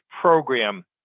program